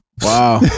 Wow